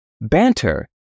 banter